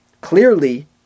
Clearly